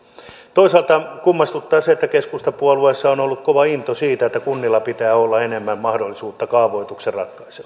toisaalta kummastuttaa se että vaikka keskustapuolueessa on ollut kova into siihen että kunnilla pitää olla enemmän mahdollisuutta kaavoituksen